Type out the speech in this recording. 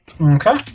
Okay